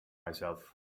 myself